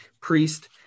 priest